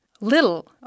little